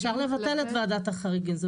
אפשר לבטל את ועדת החריגים.